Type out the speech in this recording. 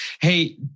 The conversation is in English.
Hey